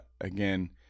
again